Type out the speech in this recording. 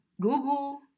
Google